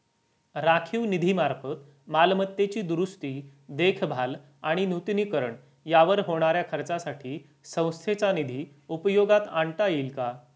राखीव निधीमार्फत मालमत्तेची दुरुस्ती, देखभाल आणि नूतनीकरण यावर होणाऱ्या खर्चासाठी संस्थेचा निधी उपयोगात आणता येईल का?